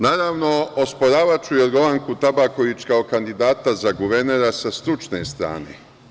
Naravno, osporavaću Jorgovanku Tabaković kao kandidata za guvernera sa stručne strane.